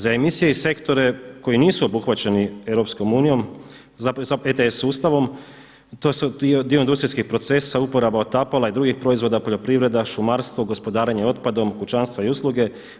Za emisije i sektore koji nisu obuhvaćeni ETS sustavom, to je dio industrijskih procesa, uporaba otapala i drugih proizvoda poljoprivreda, šumarstvo, gospodarenje otpadom, kućanstva i usluge.